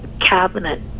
cabinet